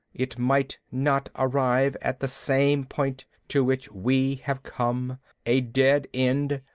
it might not arrive at the same point to which we have come a dead end,